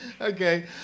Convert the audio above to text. Okay